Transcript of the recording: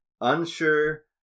unsure